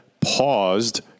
paused